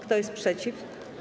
Kto jest przeciw?